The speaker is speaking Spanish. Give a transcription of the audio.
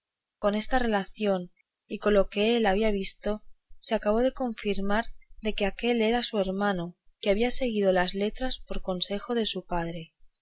con esta relación y con lo que él había visto se acabó de confirmar de que aquél era su hermano que había seguido las letras por consejo de su padre